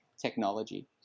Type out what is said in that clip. technology